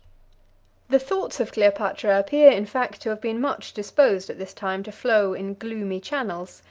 the thoughts of cleopatra appear, in fact, to have been much disposed, at this time, to flow in gloomy channels,